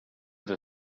were